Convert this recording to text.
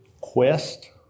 quest